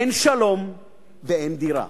אין שלום ואין דירה.